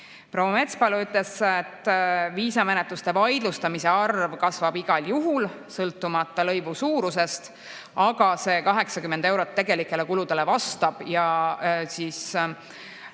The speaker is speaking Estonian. Proua Metspalu ütles, et viisamenetluste vaidlustamiste arv kasvab igal juhul, sõltumata lõivu suurusest, aga see 80 eurot tegelikele kuludele vastab.